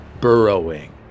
burrowing